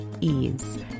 ease